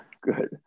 Good